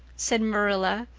said marilla,